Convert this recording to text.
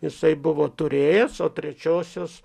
jisai buvo turėjęs o trečiosios